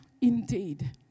indeed